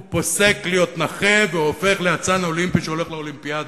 הוא פוסק להיות נכה והופך לאצן אולימפי שהולך לאולימפיאדה.